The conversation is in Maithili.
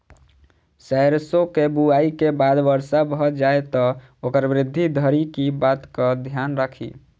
सैरसो केँ बुआई केँ बाद वर्षा भऽ जाय तऽ ओकर वृद्धि धरि की बातक ध्यान राखि?